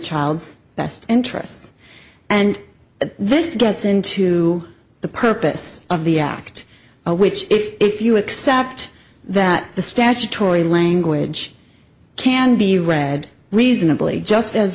child's best interests and this gets into the purpose of the act which if you accept that the statutory language can be read reasonably just as